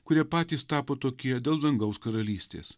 kurie patys tapo tokie dėl dangaus karalystės